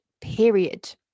period